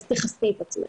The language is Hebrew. אז תכסי את עצמך.